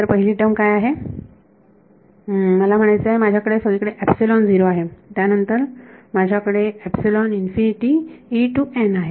तर पहिली टर्म काय आहे मला म्हणायचे आहे माझ्याकडे सगळीकडे आहे त्यानंतर माझ्याकडे आहे